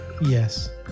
Yes